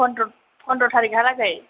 फन्द्र' फन्द्र' थारिखहा लागै